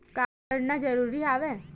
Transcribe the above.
का करना जरूरी हवय?